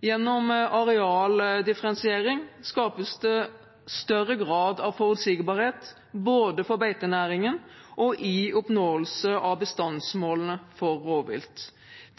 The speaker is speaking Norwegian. Gjennom arealdifferensiering skapes det større grad av forutsigbarhet både for beitenæringen og i oppnåelse av bestandsmålene for rovvilt.